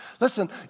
Listen